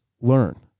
Learn